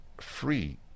free